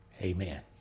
Amen